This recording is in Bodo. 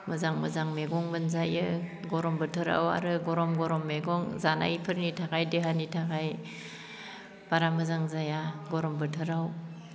मोजां मोजां मैगं मोनजायो गरम बोथोराव आरो गरम गरम मैगं जानायफोरनि थाखाय देहानि थाखाय बारा मोजां जाया गरम बोथोराव